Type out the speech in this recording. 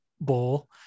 bowl